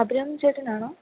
Abhiraman ചേട്ടനാണോ